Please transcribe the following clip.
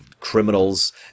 criminals